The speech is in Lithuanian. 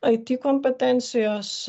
it kompetencijos